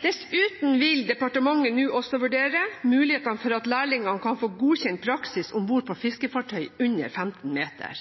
Dessuten vil departementet nå også vurdere mulighetene for at lærlingene kan få godkjent praksis om bord på fiskefartøy under 15 meter.